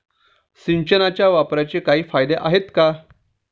सिंचनाच्या वापराचे काही फायदे आहेत का?